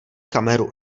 kameru